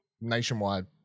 nationwide